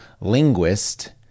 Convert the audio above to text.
linguist